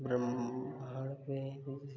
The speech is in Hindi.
ब्रह्माण्ड पे हैं जैसे कि